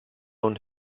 und